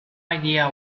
idea